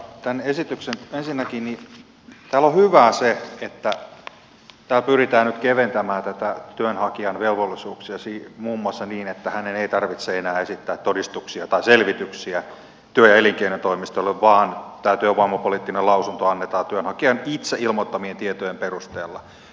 tässä esityksessä ensinnäkin on hyvää se että tällä pyritään nyt keventämään työnhakijan velvollisuuksia muun muassa niin että hänen ei tarvitse enää esittää todistuksia tai selvityksiä työ ja elinkeinotoimistolle vaan tämä työvoimapoliittinen lausunto annetaan työnhakijan itse ilmoittamien tietojen perusteella